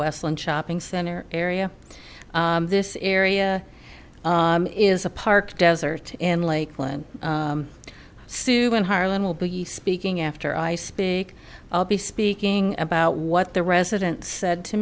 westland shopping center area this area is a park desert in lakeland sue and harlan will be speaking after i speak i'll be speaking about what the residents said to